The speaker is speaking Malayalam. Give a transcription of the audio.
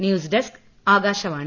news desk Akashvani